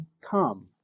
come